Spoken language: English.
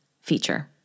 feature